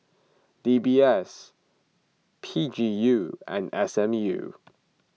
D B S P G U and S M U